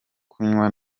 kunywa